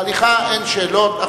בהליכה אין שאלות.